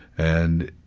and